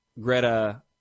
Greta